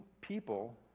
people